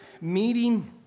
meeting